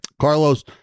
Carlos